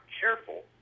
careful